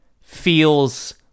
feels